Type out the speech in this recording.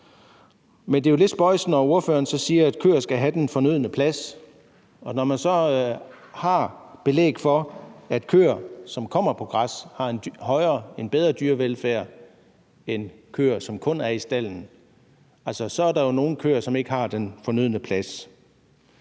Men det er lidt spøjst, når ordføreren så siger, at køer skal have den fornødne plads, når man så har belæg for, at køer, som kommer på græs, har en bedre dyrevelfærd end køer, som kun er i stalden. Så er der jo nogle køer, som ikke har den fornødne plads.